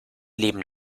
leben